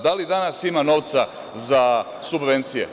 Da li danas ima novca za subvencije?